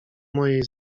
mojej